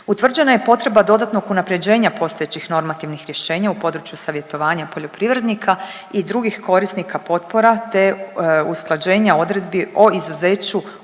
Utvrđena je i potreba dodatnog unapređenja postojećih normativnih rješenja u području savjetovanja poljoprivrednika i drugih korisnika potpora te usklađenja odredbi o izuzeću